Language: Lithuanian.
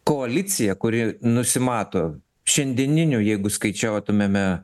koalicija kuri nusimato šiandieniniu jeigu skaičiuotumėme